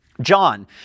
John